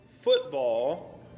football